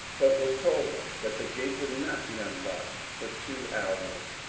but was told that the gate would not be unlocked for two hours.